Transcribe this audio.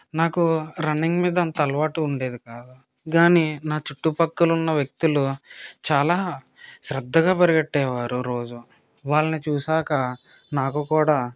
నాకు రన్నింగ్ మీద అంత అలవాటు ఉండేది కాదు కానీ నా చుట్టుపక్కల ఉన్న వ్యక్తులు చాలా శ్రద్దగా పరిగెట్టేవారు రోజు వాళ్ళని చూసాక నాకు కూడా